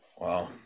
Wow